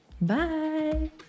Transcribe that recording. Bye